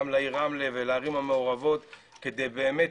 גם לרמלה ולערים המעורבות כדי באמת,